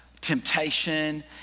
temptation